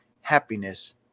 happiness